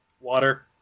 Water